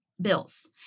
bills